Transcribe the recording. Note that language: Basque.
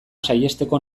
saihesteko